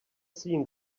seen